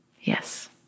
Yes